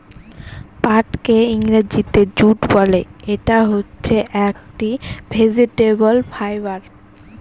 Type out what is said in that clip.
পাটকে ইংরেজিতে জুট বলে, ইটা হচ্ছে একটি ভেজিটেবল ফাইবার